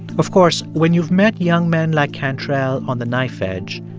of course, when you've met young men like cantrell on the knife edge,